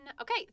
Okay